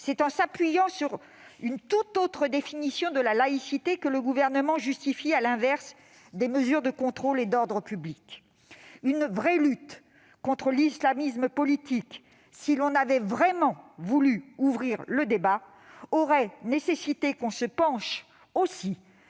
c'est en s'appuyant sur une tout autre définition de la laïcité que le Gouvernement justifie à l'inverse des mesures de contrôle et d'ordre public. Une vraie lutte contre l'islamisme politique, si l'on avait vraiment voulu ouvrir le débat, aurait nécessité que l'on se penche aussi